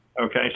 Okay